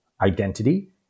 identity